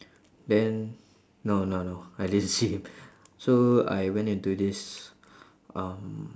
then no no no I didn't see him so I went into this um